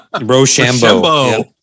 Rochambeau